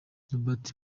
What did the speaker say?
robert